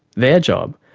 their job,